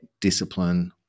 discipline